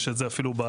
יש את זה אפילו באתר.